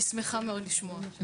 אני שמחה מאוד לשמוע.